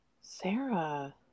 Sarah